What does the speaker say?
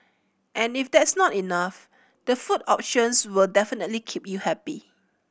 and if that's not enough the food options will definitely keep you happy